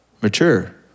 mature